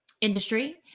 industry